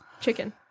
chicken